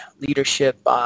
leadership